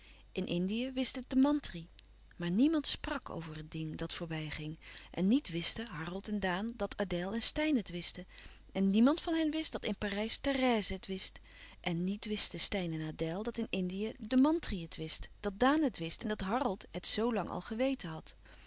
in indië wist het de mantri maar niemand sprak over het ding dat voorbij ging en niet wisten harold en daan dat adèle en steyn het wisten en nièmand van hen wist dat in parijs therèse het wist en niet wisten steyn en adèle dat in indië de mantri het wist dat daan het wist en dat harold het zoo lang al geweten had